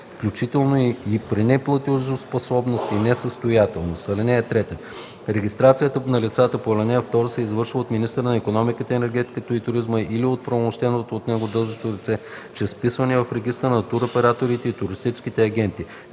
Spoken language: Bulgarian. включително при неплатежоспособност и несъстоятелност. (3) Регистрацията на лицата по ал. 2 се извършва от министъра на икономиката, енергетиката и туризма или от оправомощено от него длъжностно лице чрез вписване в Регистъра на туроператорите и туристическите агенти